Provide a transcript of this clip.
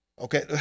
Okay